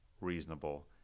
reasonable